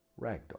ragdoll